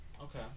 okay